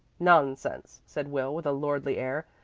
nonsense, said will with a lordly air.